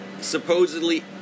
supposedly